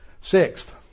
Sixth